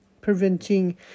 preventing